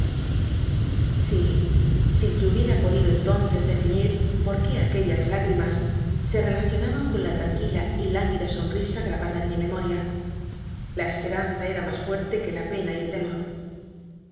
sí sin que hubiera podido entonces definir por qué aquellas lágrimas se relacionaban con la llanquila y lánguida sonrisa grabada en mi memoria la espcranza era mas fuerte que la pena y el temor